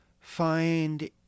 find